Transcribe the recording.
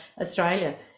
Australia